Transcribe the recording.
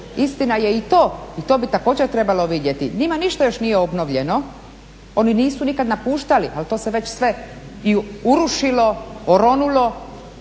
istina je i to i to bi također trebalo vidjeti, njima još ništa nije obnovljeno, oni nisu nikada napuštali ali to se već sve urušilo, oronulo